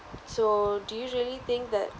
so do you really think that